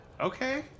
Okay